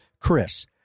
Chris